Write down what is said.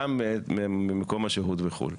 גם ממקום השהות בחו"ל.